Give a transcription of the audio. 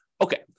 Okay